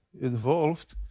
involved